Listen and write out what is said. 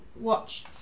Watch